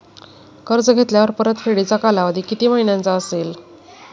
कर्ज घेतल्यावर परतफेडीचा कालावधी किती महिन्यांचा असेल?